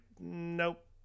nope